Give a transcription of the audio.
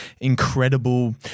incredible